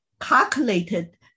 calculated